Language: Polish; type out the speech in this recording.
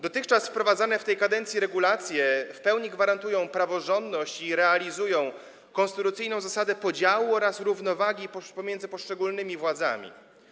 Dotychczas wprowadzane w tej kadencji regulacje w pełni gwarantują praworządność i realizują konstytucyjną zasadę podziału oraz równowagi między poszczególnymi władzami.